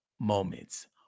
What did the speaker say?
Moments